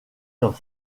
dans